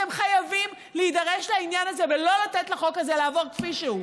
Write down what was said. אתם חייבים להידרש לעניין הזה ולא לתת לחוק הזה לעבור כפי שהוא.